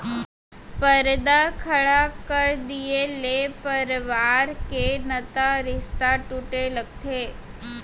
परदा खड़ा कर दिये ले परवार के नता रिस्ता टूटे लगथे